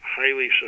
highly